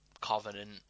Covenant